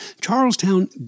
Charlestown